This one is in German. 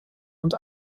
und